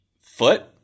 foot